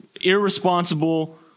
irresponsible